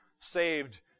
saved